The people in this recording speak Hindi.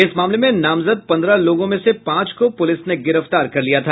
इस मामले में नामजद पन्द्रह लोगों में से पांच को पुलिस ने गिरफ्तार किया था